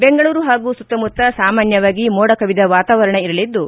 ಬೆಂಗಳೂರು ಹಾಗೂ ಸುತ್ತಮುತ್ತ ಸಾಮಾನ್ಯವಾಗಿ ಮೋಡಕವಿದ ವಾತಾವರಣ ಇರಲಿದ್ದು